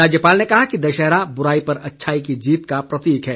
राज्यपाल ने कहा कि दशहरा बुराई पर अच्छाई की जीत का प्रतीक है